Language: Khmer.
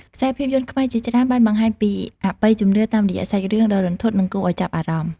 ខ្សែភាពយន្តខ្មែរជាច្រើនបានបង្ហាញពីអបិយជំនឿតាមរយៈសាច់រឿងដ៏រន្ធត់និងគួរឲ្យចាប់អារម្មណ៍។